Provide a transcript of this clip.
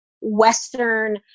western